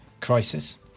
crisis